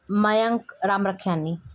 Mayank Ramrakhiani